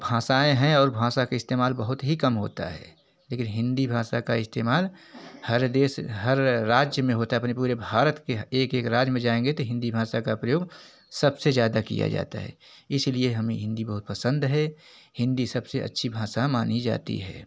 भाषाएँ हैं और भाषा का इस्तेमाल बहुत ही कम होता है लेकिन हिंदी भाषा का इस्तेमाल हर देश हर राज्य में होता है अपने पूरे भारत के एक एक राज्य में जाएँगे तो हिंदी भाषा का प्रयोग सबसे ज़्यादा किया जाता है इसीलिए हमें हिंदी बहुत पसंद है हिंदी सबसे ज़्यादा अच्छी भाषा मानी जाती है